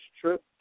trip